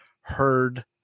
heard